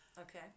Okay